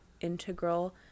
integral